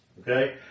Okay